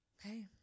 hey